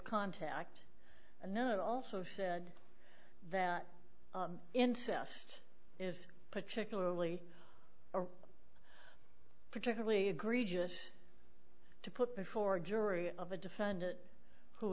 contact and then it also said that incest is particularly or particularly egregious to put before a jury of a defendant who